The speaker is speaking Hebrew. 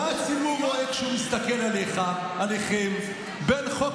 מה הציבור רואה כשהוא מסתכל עליכם בין חוק